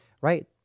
right